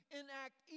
enact